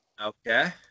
Okay